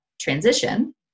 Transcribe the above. transition